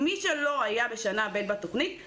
מי שלא היה בשנה א'